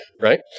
right